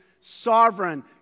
sovereign